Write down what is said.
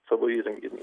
savo įrenginį